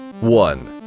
one